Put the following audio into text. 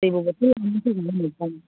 दैबो बथल लानानै फैनो होनोसां